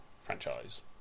franchise